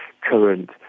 current